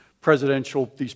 presidential